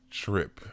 trip